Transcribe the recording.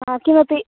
हा किमपि